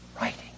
Writing